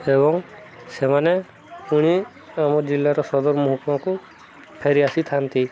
ଏବଂ ସେମାନେ ପୁଣି ଆମ ଜିଲ୍ଲାର ସଦର୍ ମହକୁମାକୁ ଫେରି ଆସିଥାନ୍ତି